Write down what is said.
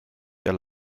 der